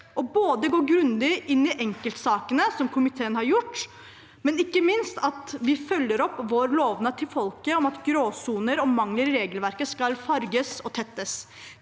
både å gå grundig inn i enkeltsakene, som komiteen har gjort, og ikke minst å følge opp vår lovnad til folket om at gråsoner og mangler i regelverket skal farges og tettes.